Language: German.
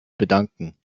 bedanken